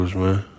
man